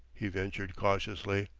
he ventured cautiously.